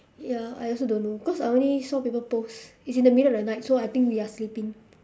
ya I also don't know cause I only saw people post it's in the middle of the night so I think we are sleeping